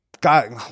god